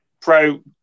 pro